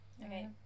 Okay